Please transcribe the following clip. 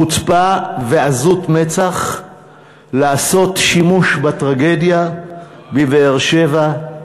חוצפה ועזות מצח לעשות שימוש בטרגדיה בבאר-שבע.